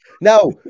now